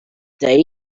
day